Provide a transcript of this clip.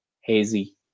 hazy